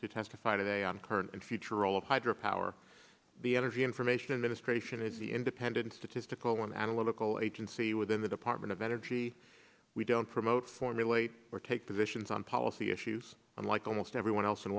to testify today on current and future role of hydropower the energy information administration and the independent statistical one analytical agency within the department of energy we don't promote formulate or take positions on policy issues unlike almost everyone else in